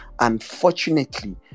unfortunately